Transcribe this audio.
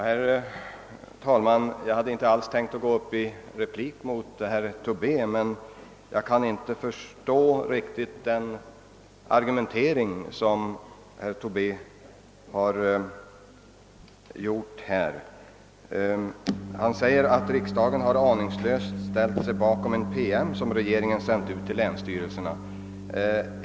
Herr talman! Jag hade inte alls tänkt att gå upp i en replik till herr Tobé, men jag kan inte riktigt förstå hans argumentering. Han sade att riksdagen aningslöst ställt sig bakom en promemoria som sänts till länsstyrelserna.